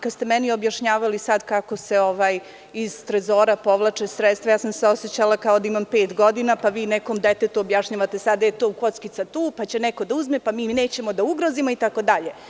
Kada ste vi meni sada objašnjavali kako se iz trezora povlače sredstva, osećala sam se kao da imam pet godina, pa vi nekom detetu objašnjavate sada da je kockica tu, pa će neko da je uzme, pa mi nećemo da ugrozimo itd.